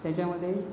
त्याच्यामध्ये